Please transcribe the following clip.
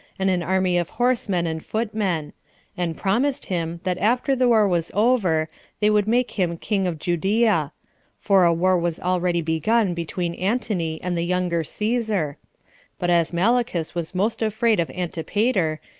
and an army of horsemen and footmen and promised him, that after the war was over they would make him king of judea for a war was already begun between antony and the younger caesar but as malichus was most afraid of antipater,